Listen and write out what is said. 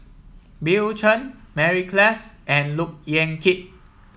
Bill Chen Mary Klass and Look Yan Kit